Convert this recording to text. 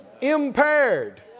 Impaired